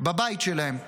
בבית שלהם.